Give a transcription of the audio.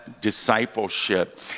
discipleship